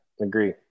agree